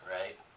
right